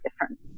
different